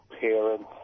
parents